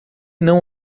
não